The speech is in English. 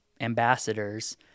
ambassadors